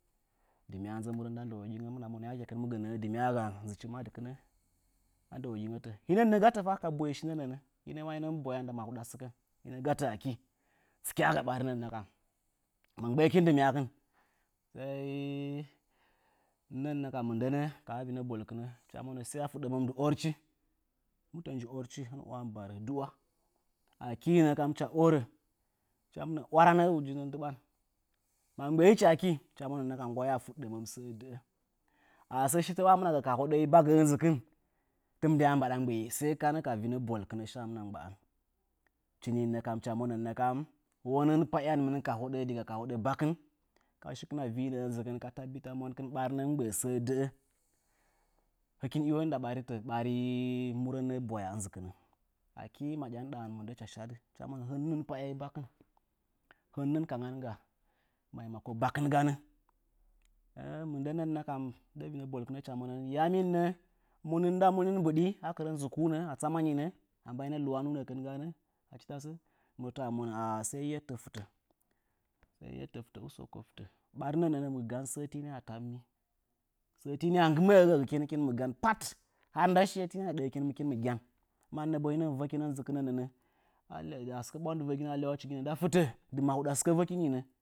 Dɨmyə nzə murən hɨmɨna monə ya kekɨn mɨ gə nəə dɨmyəga nzɨchi madɨkɨnə. Hinənnə gatənnəfa ka boye shinə, hinə mɨbwaya nda mahuɗa sɨkən akɨ tsikyəga ɓarinə nə kam. Ma gbə ikin dimyəkɨn, sai nə kam mindənə a vinə orchi hɨcha monə sai a fuɗɗəməm dɨ orchi, mutə nji orchi? Hɨn mɨ uya mɨ barə. Akɨ nə kam hɨcha orə, hɨcha minə warana uyingən ndɨban. Ma mgbaichi akɨ nə kam hɨcha monə nggwaya a fuɗɗəməm sə dəə. Asəə shitə wəmɨna gə ga hoɗə bagɨ inzɨkɨn tɨmɨn wə mgbəi, sai ganə ka vinə boikɨnə shəmɨna mgbən. Akɨ nə kam hɨcha monə, wonɨn payamɨn ka shikɨna vɨnə ɨnzɨkin ka taɓitakɨn ɓarinə mɨ mgbəə səə dəə? Hikin ndɨɗa ɓaritə, bari hɨkin bwaya ɨnzɨking. Akɨ maɗya ndɨɗa mɨndə hɨcha shadɨ hɨcha monə, hɨnnɨn payai bakɨn, hɨn nɨn kanganga maimako bakɨn ganə. Mɨndənən nə kam a kɨrə vinə boikɨnə hɨcha monə, yaminnə, munɨn nda mu nɨ mbiɗi? A tsamanɨnə a mbaina luwanuunəne ganə mindətəamonə ahah, sai yettə fɨtə, usako fɨtə, ɓarinə nəə mɨ gansəə tɨnə wə tammi sə tɨnə wə gagɨkin hə nda shiye tɨ wə ɗəhəkin hɨkin mɨ gyan pat. Mannə tsu hinə mɨ vəkin ɨnzɨkɨnə dɨ mahuɗa sɨkə vakinɨnə.